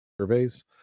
surveys